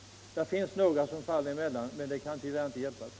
Det finns visserligen några som faller emellan, men det kan tyvärr inte hjälpas.